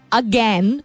again